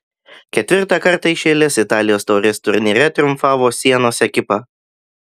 ketvirtą kartą iš eilės italijos taurės turnyre triumfavo sienos ekipa